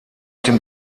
dem